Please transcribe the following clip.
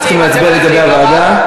אנחנו צריכים להצביע לגבי הוועדה.